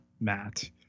Matt